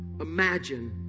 imagine